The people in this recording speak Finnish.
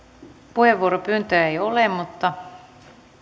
puheenvuoropyyntöä ei ole mutta